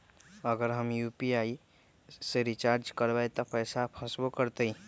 अगर हम यू.पी.आई से रिचार्ज करबै त पैसा फसबो करतई?